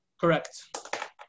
Correct